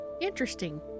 interesting